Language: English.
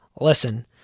listen